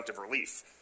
relief